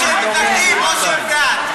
או שהם מתנגדים או שהם בעד.